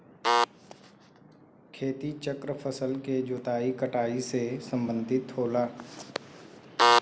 खेती चक्र फसल के जोताई कटाई से सम्बंधित होला